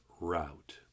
route